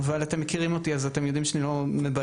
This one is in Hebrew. אבל אתם מכירים אותי ואתם יודעים שאני לא מבלף.